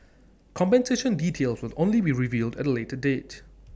compensation details will only be revealed at later date